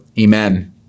Amen